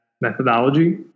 methodology